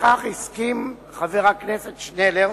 לפיכך הסכים חבר הכנסת שנלר